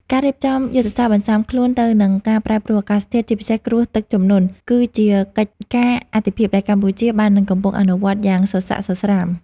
ការរៀបចំយុទ្ធសាស្ត្របន្ស៊ាំខ្លួនទៅនឹងការប្រែប្រួលអាកាសធាតុ ជាពិសេសគ្រោះទឹកជំនន់ គឺជាកិច្ចការអាទិភាពដែលកម្ពុជាបាននឹងកំពុងអនុវត្តយ៉ាងសស្រាក់សស្រាំ។